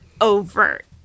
overt